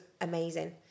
amazing